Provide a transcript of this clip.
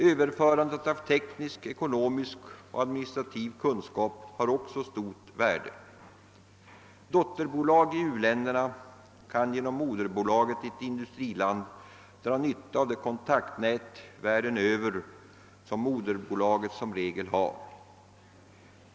Överförandet av teknisk, ekonomisk och administrativ kunskap har också ett betydande värde. Dotterbolag i u-länderna kan genom moderbolaget i ett industriland dra nytta av det kontaktnät världen över som moderbolaget som regel har.